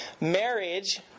marriage